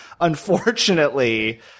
unfortunately